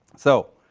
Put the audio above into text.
so